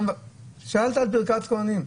שאלת על ברכת כוהנים,